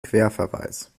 querverweis